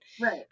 Right